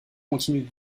continuent